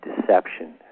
deception